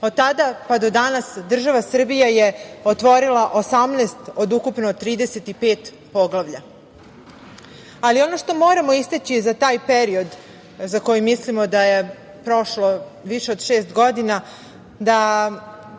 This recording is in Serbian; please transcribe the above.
od tada pa do danas država Srbija je otvorila 18 od ukupno 35 poglavlja. Ali, ono što moramo istaći, za taj period za koji mislimo da je prošlo više od šest godina, da